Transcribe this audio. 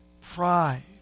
pride